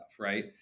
right